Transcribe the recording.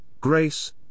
grace